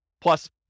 plus